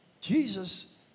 Jesus